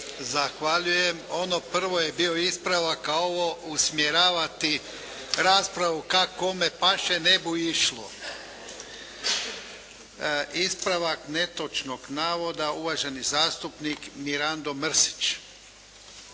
Zahvaljujem. Ono prvo je bio ispravak, a ovo usmjeravati raspravu kako kome paše ne bu išlo. Ispravak netočnog navoda uvaženi zastupnik Mirando Mrsić.